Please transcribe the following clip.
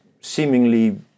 seemingly